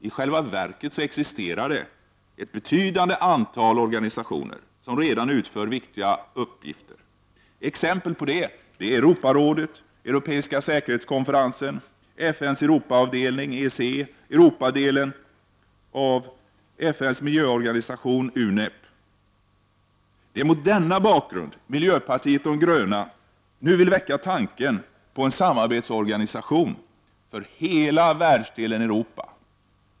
I själva verket existerar ett betydande antal organisationer som redan utför viktiga samarbetsuppgifter. Exempel är Europarådet, Europeiska säkerhetskonferensen, FNs Europaavdelning, dvs. ECE och Europadelen av FNs miljöorganisation, dvs. UNEP. Det är mot denna bakgrund som miljöpartiet de gröna nu vill väcka tanken på en samarbetsorganisation för hela världsdelen Europa.